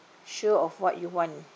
sure of what you want